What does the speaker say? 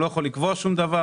הוא לא יכול לקבוע שום דבר,